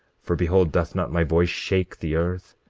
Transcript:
for behold, doth not my voice shake the earth?